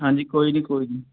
ਹਾਂਜੀ ਕੋਈ ਨਾ ਕੋਈ ਨਾ